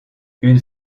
une